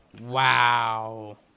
Wow